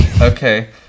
Okay